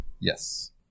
Yes